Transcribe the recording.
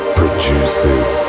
produces